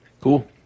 cool